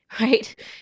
Right